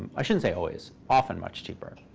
i shouldn't say always often much cheaper.